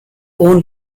own